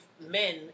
men